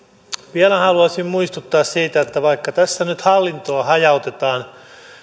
vielä haluaisin muistuttaa siitä että vaikka tässä nyt hallintoa hajautetaan